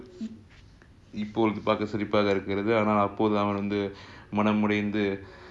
இப்போபாக்கசிரிப்பாகஇருக்கிறதுஆனாஅப்போஅவன்வந்துமனமுடைந்து:ipo parka siripaga irukirathu aana apo avan vandhu manamudainthu